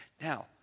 Now